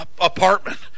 apartment